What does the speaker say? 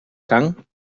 can